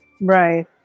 right